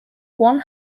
one